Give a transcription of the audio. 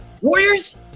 Warriors